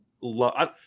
love –